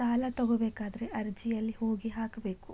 ಸಾಲ ತಗೋಬೇಕಾದ್ರೆ ಅರ್ಜಿ ಎಲ್ಲಿ ಹೋಗಿ ಹಾಕಬೇಕು?